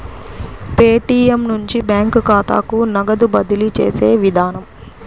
Paytm నుంచి bank ఖాతాకు నగదు బదిలీ చేసే విధానం